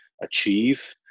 achieve